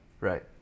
Right